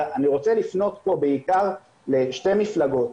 אני רוצה לפנות פה בעיקר לשתי מפלגות.